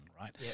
right